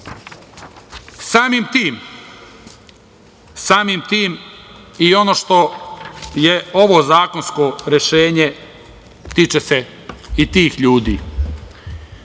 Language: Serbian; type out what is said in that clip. tim i ono što je ovo zakonsko rešenje, tiče se i tih ljudi.